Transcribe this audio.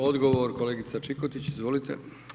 Odgovor kolegica Čikotić, izvolite.